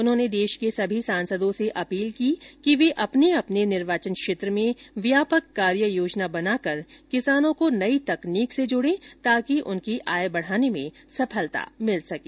उन्होंने देश के सभी सांसदों से अपील की कि ये अपने अपने निर्वाचन क्षेत्र में व्यापक कार्य योजना बनाकर किसानों को नई तकनीक से जोड़ें ताकि उनकी आय बढ़ाने में सफलता मिल सके